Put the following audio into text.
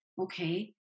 okay